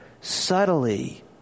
subtly